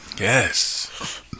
Yes